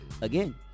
again